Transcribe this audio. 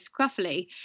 scruffily